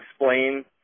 explain